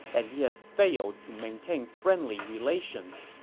and he has failed to maintain friendly relations.